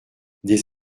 des